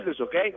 okay